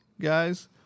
guys